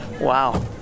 Wow